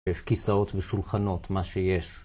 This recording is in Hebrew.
יש כיסאות ושולחנות, מה שיש.